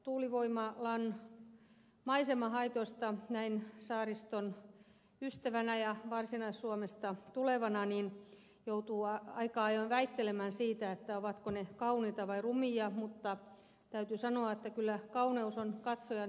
tuulivoimaloiden maisemahaitoista näin saariston ystävänä ja varsinais suomesta tulevana joutuu aika ajoin väittelemään siitä ovatko ne kauniita vai rumia mutta täytyy sanoa että kyllä kauneus on katsojan silmässä